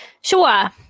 Sure